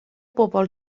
bobol